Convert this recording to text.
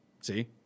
See